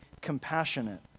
compassionate